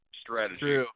strategy